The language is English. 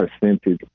percentage